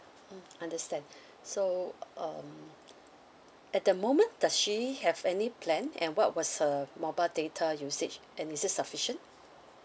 mm understand so um at the moment does she have any plan and what was her mobile data usage and is it sufficient